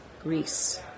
Greece